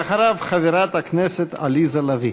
ואחריו, חברת הכנסת עליזה לביא.